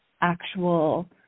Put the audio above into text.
actual